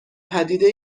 پدیده